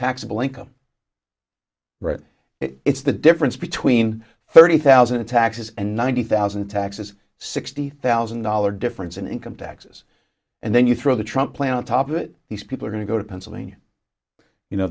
income right it's the difference between thirty thousand taxes and ninety thousand taxes sixty thousand dollars difference in income taxes and then you throw the trump plan on top of it these people are going to go to pennsylvania you know